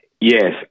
Yes